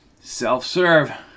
Self-serve